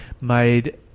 made